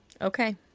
Okay